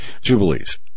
jubilees